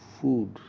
Food